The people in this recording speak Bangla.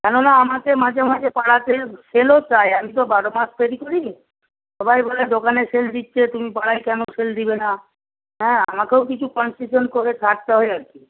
কেননা আমাকে মাঝে মাঝে পাড়াতে সেলও চায় আমি তো বারো মাস ফেরি করি সবাই বলে দোকানে সেল দিচ্ছে তুমি পাড়ায় কেন সেল দেবে না হ্যাঁ আমাকেও কিছু কনসেশান করে ছাড়তে হয় আর কি